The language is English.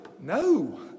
no